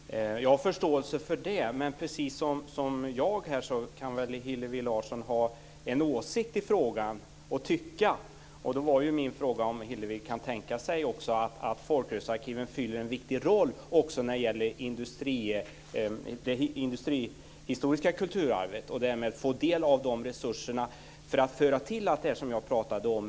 Herr talman! Jag har förståelse för det, men precis som jag kan väl Hillevi Larsson ha en åsikt i frågan och tycka. Då var min fråga om Hillevi Larsson tycker att folkrörelsearkiven fyller en viktig roll också när det gäller det industrihistoriska kulturarvet. Kan hon tänka sig att de därmed får del av resurserna, så att man kan föra till allt det jag pratade om?